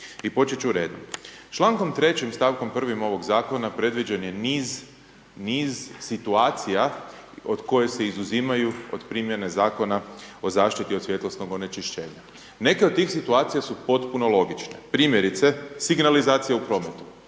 i počet ću redom. Člankom 3. stavkom 1. ovog zakona, predviđen je niz situacija od kojih se izuzimaju od primjene Zakona o zaštiti od svjetlosnog onečišćenja. Neke od tih situacija su potpuno logične. Primjerice, signalizacija u prometu.